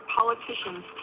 politicians